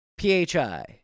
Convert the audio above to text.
PHI